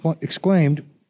exclaimed